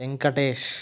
Venkatesh